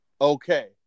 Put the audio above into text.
okay